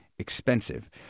expensive